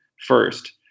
first